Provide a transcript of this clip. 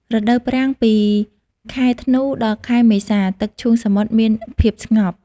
រដូវប្រាំងពីខែធ្នូដល់ខែមេសា ទឹកឈូងសមុទ្រមាន ភាពស្ងប់។